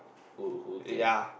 who who came